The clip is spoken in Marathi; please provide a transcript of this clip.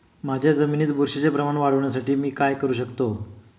माझ्या जमिनीत बुरशीचे प्रमाण वाढवण्यासाठी मी काय करू शकतो?